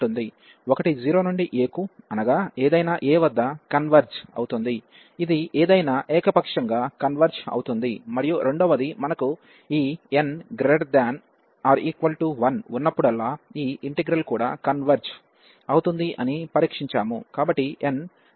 ఒకటి 0 నుండి aకు అనగా ఎదైన a వద్ద కన్వెర్జ్ అవుతుంది ఇది ఏదైనా ఏకపక్షంగా కన్వెర్జ్ అవుతుంది మరియు రెండవది మనకు ఈ n≥1 ఉన్నప్పుడల్లా ఈ ఇంటిగ్రల్ కూడా కన్వెర్జ్ అవుతుంది అని పరీక్షించాము